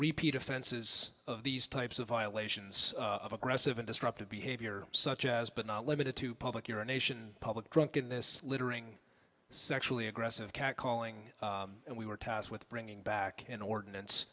repeat offenses of these types of violations of aggressive and disruptive behavior such as but not limited to public urination public drunkenness littering sexually aggressive catcalling and we were tasked with bringing back an ordinance